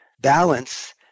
balance